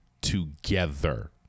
together